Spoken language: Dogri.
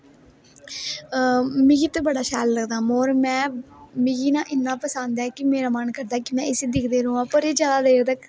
मिगी ते बड़ा शैल लगदा मोर में मिगी ना इक इन्ना पंसद ऐ कि मेरा मन करदा कि में इसी दिखदे रवां पर एह् जेयादा देर तक